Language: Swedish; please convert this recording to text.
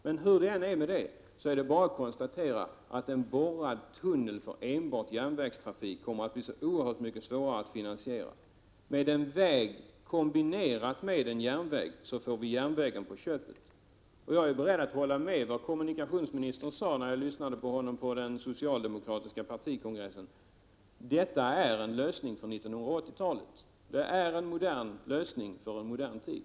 Men hur det än är med det är det bara att konstatera att en borrad tunnel för enbart järnvägstrafik kommer att bli så oerhört mycket svårare att finansiera. Med en väg kombinerad med en järnväg får vi järnvägen på köpet. Jag är beredd att hålla med om det som kommunikationsministern sade när jag lyssnade till honom på den socialdemokratiska partikongressen, nämligen att detta är en lösning för 1980-talet. Det är en modern lösning för en modern tid.